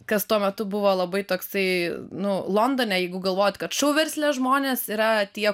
kas tuo metu buvo labai toksai nu londone jeigu galvot kad šou versle žmonės yra tie